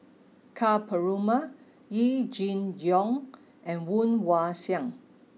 Ka Perumal Yee Jenn Jong and Woon Wah Siang